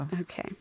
Okay